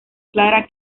clara